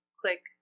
click